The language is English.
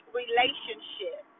relationship